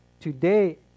today